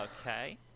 Okay